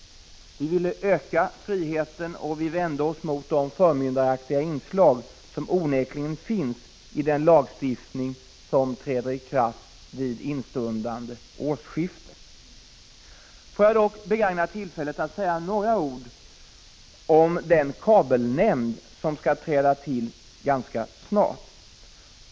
Vi ville öka friheten och vände oss mot de förmyndaraktiga inslag som onekligen finns i den lagstiftning som träder i kraft vid instundande årsskifte. Får jag begagna tillfället att säga några ord om den kabelnämnd som skall träda till ganska snart.